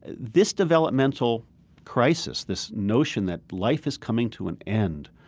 this developmental crisis, this notion that life is coming to an end,